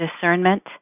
discernment